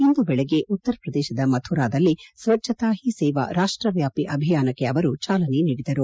ಇಂದು ಬೆಳಗ್ಗೆ ಉತ್ತರಪ್ರದೇಶದ ಮಥುರಾದಲ್ಲಿ ಸ್ವಚ್ವತಾ ಹಿ ಸೇವಾ ರಾಷ್ಟ್ರವ್ಯಾಪಿ ಅಭಿಯಾನಕ್ಕೆ ಅವರು ಚಾಲನೆ ನೀದಿದರು